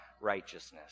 righteousness